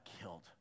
killed